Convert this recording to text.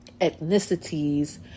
ethnicities